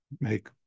make